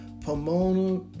Pomona